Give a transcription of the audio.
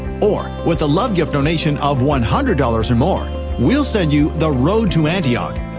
or with a love gift donation of one hundred dollars or more, we'll send you the road to antioch,